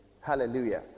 Hallelujah